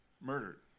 murdered